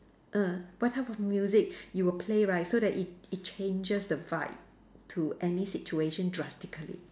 ah what type of music you would play right so that it it changes the vibe to any situation drastically